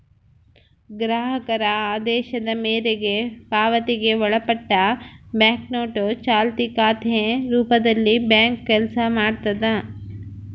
ಗ್ರಾಹಕರ ಆದೇಶದ ಮೇರೆಗೆ ಪಾವತಿಗೆ ಒಳಪಟ್ಟಿ ಬ್ಯಾಂಕ್ನೋಟು ಚಾಲ್ತಿ ಖಾತೆ ರೂಪದಲ್ಲಿಬ್ಯಾಂಕು ಕೆಲಸ ಮಾಡ್ತದ